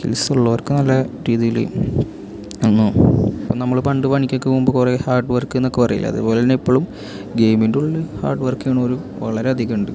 skills ഉള്ളവർക്ക് നല്ല രീതിയിൽ ഒന്ന് നമ്മൾ പണ്ട് പണിക്കൊക്കെ പോകുമ്പോൾ കുറേ ഹാഡ്വർക്ക് എന്നൊക്കെ പറയില്ലേ അതേ പോലെ തന്നെ എപ്പോഴും ഗെയ്മിൻ്റെ ഉള്ളിൽ ഹാഡ്വർക്ക് ചെയ്യുന്നവർ വളരെ അധികം ഉണ്ട്